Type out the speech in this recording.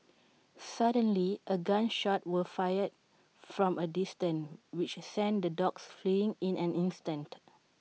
suddenly A gun shot was fired from A distance which sent the dogs fleeing in an instant